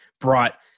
brought